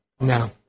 No